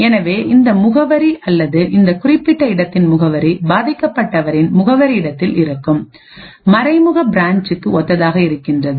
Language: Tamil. எனவே இந்த முகவரி அல்லது இந்த குறிப்பிட்ட இருப்பிடத்தின் முகவரி பாதிக்கப்பட்டவரின் முகவரி இடத்தில் இருக்கும் மறைமுக பிரான்ச்சுக்கு ஒத்ததாக இருக்கிறது